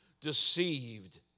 deceived